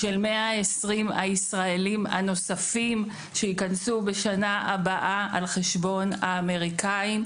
של 120 הישראלים הנוספים שייכנסו בשנה באה על חשבון האמריקאים,